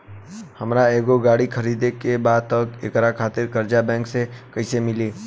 हमरा एगो गाड़ी खरीदे के बा त एकरा खातिर कर्जा बैंक से कईसे मिली?